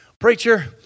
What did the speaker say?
Preacher